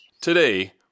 Today